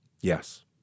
Yes